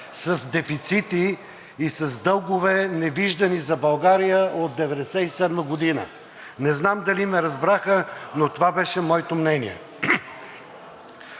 с дефицити и с дългове, невиждани за България от 1997 г. Не знам дали ме разбраха, но това беше моето мнение.